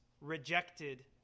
rejected